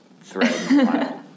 thread